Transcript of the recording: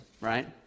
right